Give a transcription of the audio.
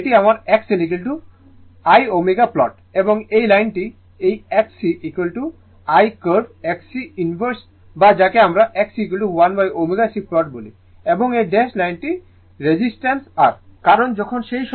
এটি আমার XLl ω plot এবং এই লাইনটি এই XCএই কার্ভ XC ইনভার্স বা যাকে আমরা XC1ω C প্লট বলি এবং এই ড্যাশ লাইনটি রেজিস্টেন্স R